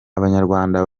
abanyarwanda